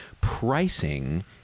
pricing